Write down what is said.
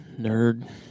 Nerd